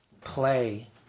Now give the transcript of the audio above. play